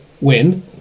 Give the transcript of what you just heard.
win